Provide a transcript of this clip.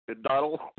Donald